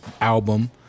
album